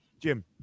Jim